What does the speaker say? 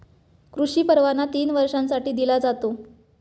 कृषी परवाना तीन वर्षांसाठी दिला जातो